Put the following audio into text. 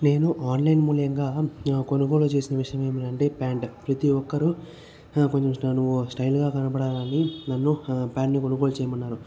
నేను ఆన్లైన్ మూల్యంగా కొనుగోలు చేసిన విషయం ఏమి అంటే ప్యాంట్ ప్రతి ఒక్కరు కొంచెం నువ్వు స్టైల్గా కనపడాలని నన్ను ప్యాంట్ను కొనుగోలు చేయమన్నారు